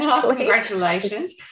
Congratulations